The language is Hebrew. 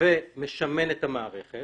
ומשמן את המערכת